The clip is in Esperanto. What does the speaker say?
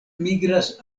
migras